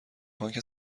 بانک